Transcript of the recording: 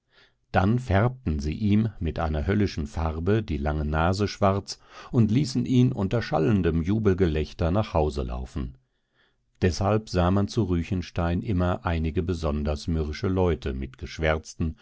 dann färbten sie ihm mit einer höllischen farbe die lange nase schwarz und ließen ihn unter schallendem jubelgelächter nach hause laufen deshalb sah man zu ruechenstein immer einige besonders mürrische leute mit geschwärzten